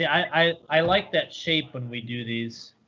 i i like that shape when we do these.